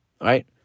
right